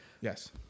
Yes